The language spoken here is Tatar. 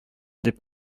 дип